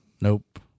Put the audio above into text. Nope